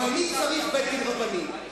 אבל מי צריך בית-דין רבני?